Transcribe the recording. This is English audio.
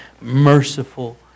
merciful